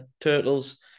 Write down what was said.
turtles